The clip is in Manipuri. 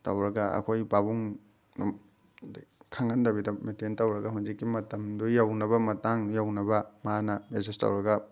ꯇꯧꯔꯒ ꯑꯩꯈꯣꯏ ꯄꯥꯕꯨꯡ ꯈꯪꯍꯟꯗꯕꯤꯗ ꯃꯦꯟꯇꯦꯟ ꯇꯧꯔꯒ ꯍꯧꯖꯤꯛꯀꯤ ꯃꯇꯝꯗꯨ ꯌꯧꯅꯕ ꯃꯇꯥꯡꯗꯨ ꯌꯧꯅꯕ ꯃꯥꯅ ꯑꯦꯖꯁ ꯇꯧꯔꯒ